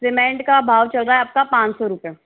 cement का भाव चल रहा है आपका पाँच सौ रुपए